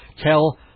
Tell